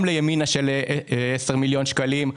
גם לימינה של 10 מיליון שקלים.